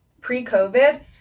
pre-COVID